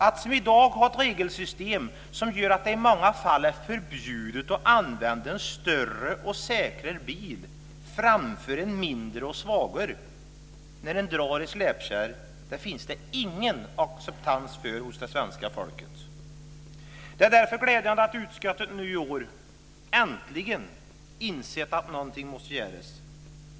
Att som i dag ha ett regelsystem som gör att det i många fall är förbjudet att använda en större och säkrare bil framför en mindre och svagare när man drar en släpkärra finns det ingen acceptans för hos det svenska folket. Det är därför glädjande att utskottet i år äntligen har insett att något måste göras.